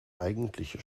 eigentliche